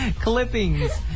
clippings